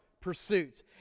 pursuits